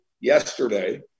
yesterday